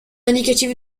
indicatif